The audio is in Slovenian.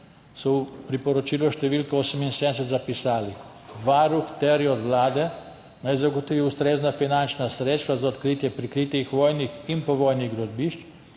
v priporočilu številka 78 so zapisali: »Varuh terja od vlade, naj zagotovi ustrezna finančna sredstva za odkritje prikritih vojnih in povojnih grobišč,